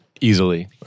easily